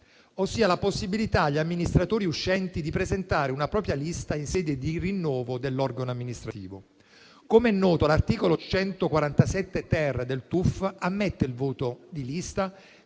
ossia la possibilità agli amministratori uscenti di presentare una propria lista in sede di rinnovo dell'organo amministrativo. Com'è noto, l'articolo 147-*ter* del TUF ammette il voto di lista,